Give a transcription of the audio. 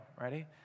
ready